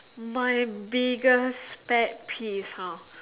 my biggest pet peeve !huh!